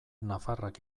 nafarrak